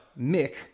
Mick